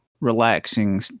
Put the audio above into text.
relaxing